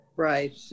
Right